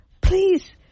Please